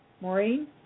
Maureen